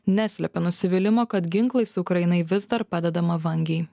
neslepia nusivylimo kad ginklais ukrainai vis dar padedama vangiai